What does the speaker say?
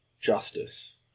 justice